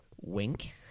Wink